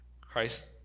Christ